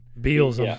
Beals